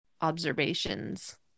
observations